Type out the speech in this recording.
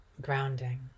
Grounding